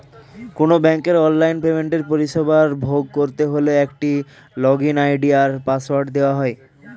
কোনো ব্যাংকের অনলাইন পেমেন্টের পরিষেবা ভোগ করতে হলে একটা লগইন আই.ডি আর পাসওয়ার্ড দেওয়া হয়